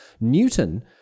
Newton